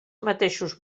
mateixos